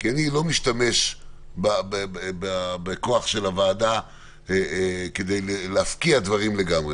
אני לא משתמש בכוח של הוועדה כדי להפקיע דברים לגמרי.